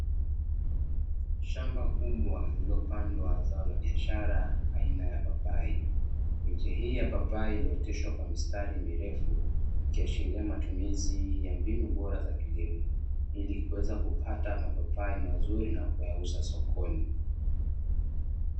Shamba kubwa lililopandwa zao la biashara aina ya papai, miche hii ya papai iliyooteshwa kwa mistari mirefu ikiashiria matumizi ya mbinu bora za kilimo, ili kuweza kupata mapapai mazuri na kuyauza sokoni.